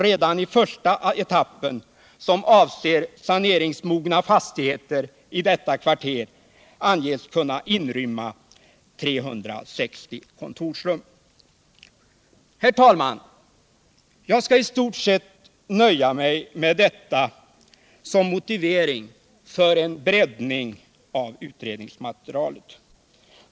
Redan första etappen, som avser saneringsmogna fastigheter i detta kvarter, anges kunna inrymma 360 kontorsrum. Herr talman! Jag skall i stort sett nöja mig med detta som motivering för förslaget om en breddning av utredningsmaterialet.